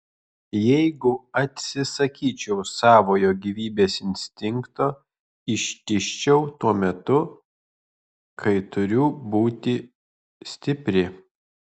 jeigu atsisakyčiau savojo gyvybės instinkto ištižčiau tuo metu kai turiu būti stipri